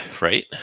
Right